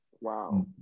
Wow